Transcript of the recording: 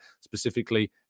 specifically